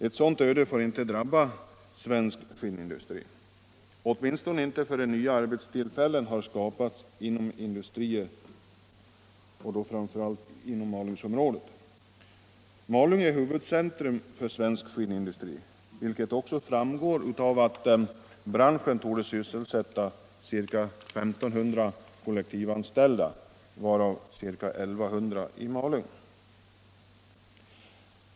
Ett sådant öde får inte drabba svensk skinnindustri åtminstone inte förrän nya arbetstillfällen har skapats inom andra industrier, framför allt i Malungsområdet. Malung är huvudcentrum för svensk skinnindustri, vilket framgår av att branschen torde sysselsätta ca 1 500 kollektivanställda, varav ca 1 100 i Malung.